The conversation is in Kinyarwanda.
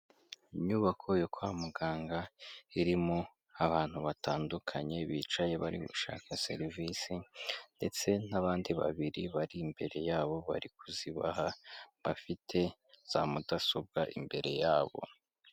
Inyubako yo kwa muganga iririmo abantu batandukanye bicaye bari gushaka serivisi, ndetse n'abandi babiri bari imbere yabo bari kuzibaha, bafite za mudasobwa imbere yabo.